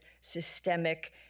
systemic